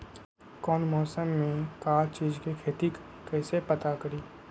कौन मौसम में का चीज़ के खेती करी कईसे पता करी?